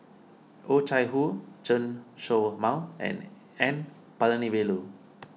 Oh Chai Hoo Chen Show Mao and N Palanivelu